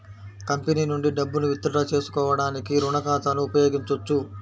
company నుండి డబ్బును withdraw చేసుకోవడానికి రుణ ఖాతాను ఉపయోగించొచ్చు